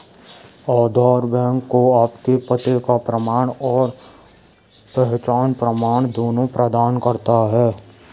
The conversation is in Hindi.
आधार बैंक को आपके पते का प्रमाण और पहचान प्रमाण दोनों प्रदान करता है